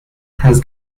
has